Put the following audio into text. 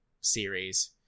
series